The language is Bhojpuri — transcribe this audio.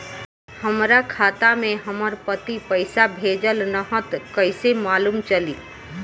हमरा खाता में हमर पति पइसा भेजल न ह त कइसे मालूम चलि?